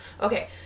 okay